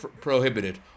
prohibited